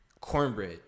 cornbread